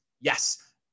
yes